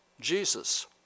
Jesus